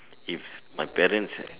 if my parents right